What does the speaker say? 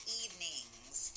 evenings